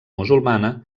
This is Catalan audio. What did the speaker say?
musulmana